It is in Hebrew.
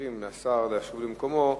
ומאפשרים לשר לשוב למקומו,